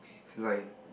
is like